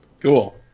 Cool